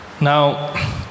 Now